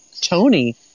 Tony